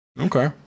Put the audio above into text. Okay